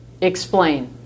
Explain